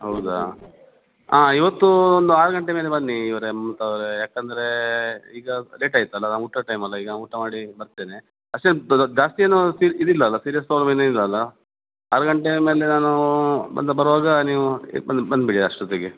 ಹೌದಾ ಹಾಂ ಇವತ್ತು ಒಂದು ಆರು ಗಂಟೆ ಮೇಲೆ ಬನ್ನಿ ಇವರೇ ಅವರೇ ಯಾಕಂದರೆ ಈಗ ಲೇಟ್ ಆಯಿತಲ ಊಟದ ಟೈಮ್ ಅಲ್ಲ ಈಗ ಊಟ ಮಾಡಿ ಬರ್ತೇನೆ ಅಷ್ಟೇನು ಜಾಸ್ತಿ ಏನು ಇದಿಲ್ಲಲ್ಲ ಸೀರಿಯಸ್ ಪ್ರಾಬ್ಲಮ್ ಏನು ಇಲ್ಲಲ್ಲ ಆರು ಗಂಟೆ ಮೇಲೆ ನಾನು ಮತ್ತೆ ಬರುವಾಗ ನೀವು ಬಂದ್ ಬಂದ್ಬಿಡಿ ಅಷ್ಟೊತ್ತಿಗೆ